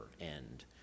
end